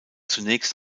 zunächst